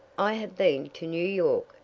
i have been to new york,